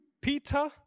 Peter